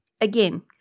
Again